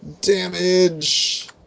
damage